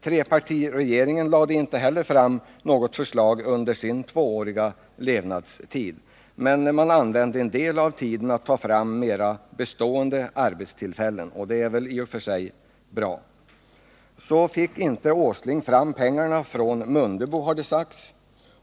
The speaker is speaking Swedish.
Trepartiregeringen lade inte heller fram något förslag under sin tvååriga levnadstid, men den använde en del av tiden till att få fram mer bestående arbetstillfällen, och det var väl i och för sig bra. Så fick inte Åsling fram pengarna från Mundebo, har det sagts.